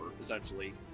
essentially